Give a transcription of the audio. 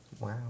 Wow